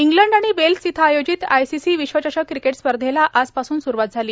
England आणि Wales इथं आयोजित आयसीसी विश्वचषक क्रिकेट स्पर्धेला आजपासून सुरूवात झाली